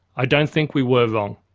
i don't think we were wrong.